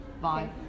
Bye